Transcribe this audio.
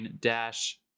dash